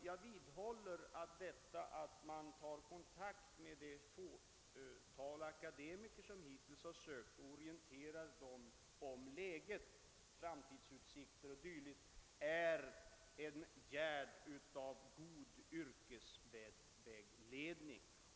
Jag vidhåller att det förhållandet, att man tar kontakt med det fåtal akade miker som hittills sökt till ifrågavarande kurs och orienterar dem om framtidsutsikter o. d., är ett utslag av god yrkesvägledning.